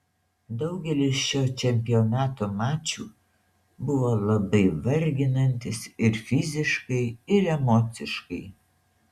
daugelis šio čempionato mačų buvo labai varginantys ir fiziškai ir emociškai